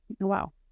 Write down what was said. Wow